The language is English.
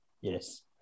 Yes